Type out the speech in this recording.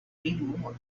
anymore